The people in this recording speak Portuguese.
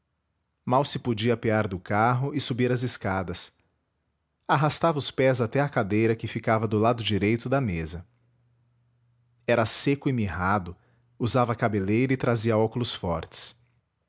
mal se podia apear do carro e subir as escadas arrastava os pés até à cadeira que ficava do lado direito da mesa era seco e mirrado usava cabeleira e trazia óculos fortes